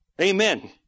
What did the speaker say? Amen